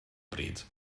bryd